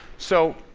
so,